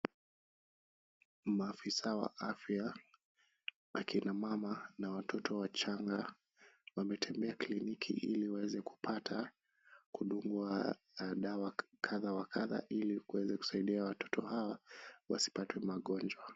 Maafisa wa afya na kina mama na watoto wachanga, wametembea kliniki ili kuweza kupata kudungwa dawa kadha wa kadha ili kuweza kusaidia watoto hawa wasipate magonjwa.